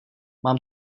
mám